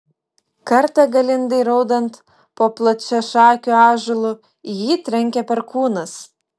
kartą galindai raudant po plačiašakiu ąžuolu į jį trenkė perkūnas